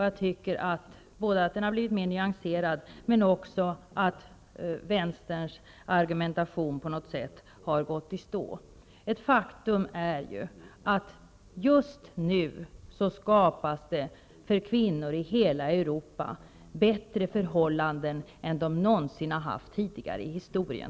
Jag menar att den har blivit mer nyanserad och att vänsterns argumentation också på något sätt har gått i stå. Ett faktum är ju att det just nu för kvinnor i hela Europa skapas bättre förhållanden än de någonsin har haft tidigare i historien.